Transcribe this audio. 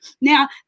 Now